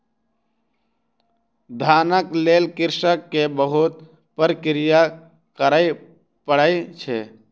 धानक लेल कृषक के बहुत प्रक्रिया करय पड़ै छै